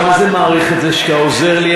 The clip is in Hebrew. אני מה-זה מעריך את זה שאתה עוזר לי,